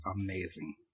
amazing